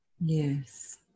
Yes